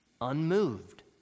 unmoved